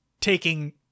taking